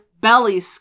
belly